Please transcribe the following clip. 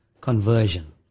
conversion